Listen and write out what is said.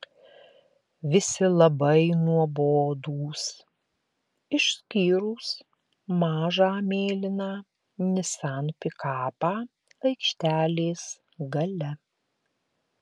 visi labai nuobodūs išskyrus mažą mėlyną nissan pikapą aikštelės gale